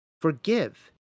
Forgive